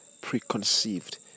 preconceived